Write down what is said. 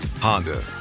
Honda